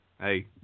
Hey